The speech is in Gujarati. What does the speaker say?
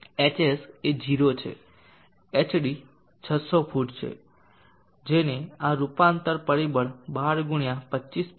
hs 0 છે hd 600 ફુટ છે જેને આ રૂપાંતર પરિબળ 12 × 25